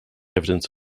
evidence